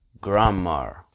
grammar